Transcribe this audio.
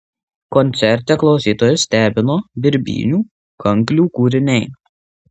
koncerte klausytojus stebino birbynių kanklių kūriniai